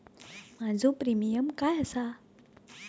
माझो प्रीमियम काय आसा?